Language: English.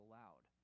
loud